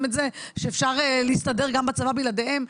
את זה אפשר להסתדר בצבא גם בלעדיהם.